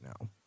now